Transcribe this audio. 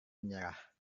menyerah